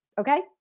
Okay